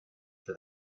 for